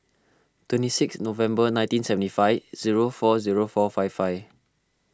twenty six November nineteen seventy five zero four zero four five five